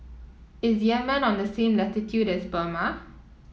is Yemen on the same latitude as Burma